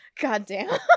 Goddamn